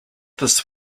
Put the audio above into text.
this